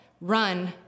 run